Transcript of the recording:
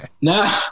Nah